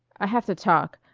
i have to talk.